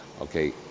okay